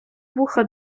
вуха